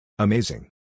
Amazing